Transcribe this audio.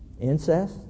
Incest